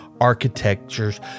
architectures